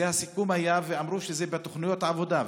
זה היה הסיכום, ואמרו שזה בתוכניות העבודה.